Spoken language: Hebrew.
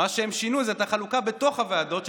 מה שהם שינו הוא החלוקה בתוך הוועדות,